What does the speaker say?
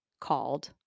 called